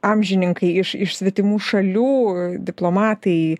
amžininkai iš iš svetimų šalių diplomatai